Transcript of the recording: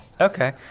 okay